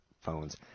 phones